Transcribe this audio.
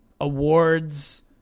awards